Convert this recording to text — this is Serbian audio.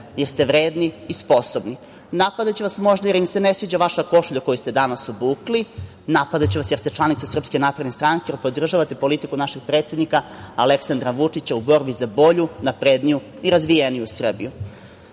jer ste vredni i sposobni. Napadaće vas, možda, jer im se ne sviđa vaša košulja koju ste danas obukli, napadaće vas jer ste članica SNS, jer podržavate politiku našeg predsednika Aleksandra Vučića u borbi za bolju, napredniju i razvijeniju Srbiju. Napašće